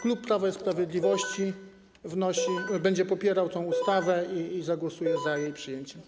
Klub Prawa i Sprawiedliwości będzie popierał tę ustawę i zagłosuje za jej przyjęciem.